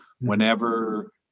Whenever